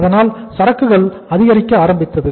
அதனால் சரக்குகள் அதிகரிக்க ஆரம்பித்தது